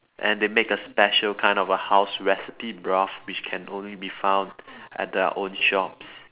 and they make a special kind of a house recipe broth which can only be found at their own shops